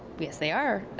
yes, they are.